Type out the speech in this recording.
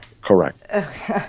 Correct